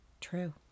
True